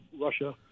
Russia